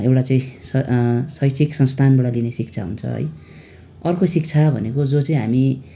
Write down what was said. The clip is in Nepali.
एउटा चाहिँ शैक्षिक संस्थानबाट लिने शिक्षा हुन्छ है अर्को शिक्षा भनेको जो चाहिँ हामी